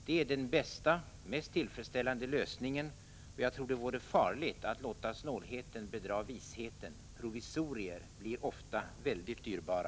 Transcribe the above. Det är den bästa och mest tillfredsställande lösningen. Jag tror det vore farligt att låta snålheten bedra visheten. Provisorier blir ofta väldigt dyrbara.